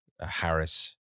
Harris